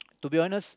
to be honest